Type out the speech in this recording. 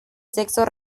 sexo